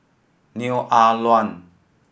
Neo Ah Luan